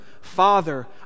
Father